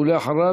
ואחריו,